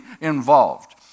involved